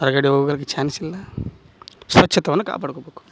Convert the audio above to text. ಹೊರಗಡೆ ಹೋಗಾಕ್ಕೆ ಚಾನ್ಸಿಲ್ಲ ಸ್ವಚ್ಛತೆಯನ್ನ ಕಾಪಾಡ್ಕೊಬೇಕು